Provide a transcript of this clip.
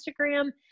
Instagram